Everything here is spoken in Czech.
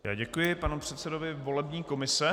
Já děkuji panu předsedovi volební komise.